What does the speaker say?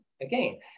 again